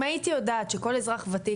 אם הייתי יודעת שכל אזרח וותיק,